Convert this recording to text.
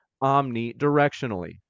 omni-directionally